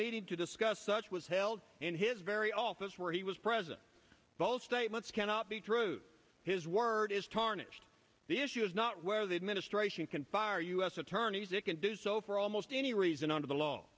need to discuss such was held in his very office where he was present both statements cannot be true to his word is tarnished the issue is not where the administration can fire u s attorneys it can do so for almost any reason under the law